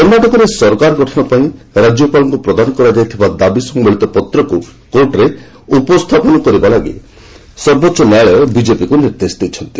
କର୍ଣ୍ଣାଟକରେ ସରକାର ଗଠନ ପାଇଁ ରାଜ୍ୟପାଳଙ୍କୁ ପ୍ରଦାନ କରାଯାଇଥିବା ଦାବି ସମ୍ଭଳିତ ପତ୍ରକୁ କୋର୍ଟରେ ଉପସ୍ଥାପନ କରିବା ପାଇଁ ସର୍ବୋଚ୍ଚ ନ୍ୟାୟାଳୟ ବିଜେପିକୁ ନିର୍ଦ୍ଦେଶ ଦେଇଛନ୍ତି